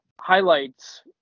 highlights